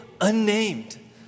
unnamed